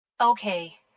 Okay